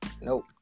Nope